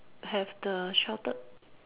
have the sheltered